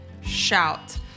shout